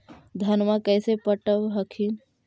धन्मा कैसे पटब हखिन?